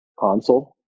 console